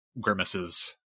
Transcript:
grimaces